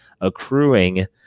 accruing